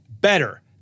better